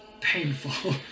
painful